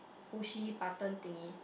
pushy button thingy